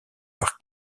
par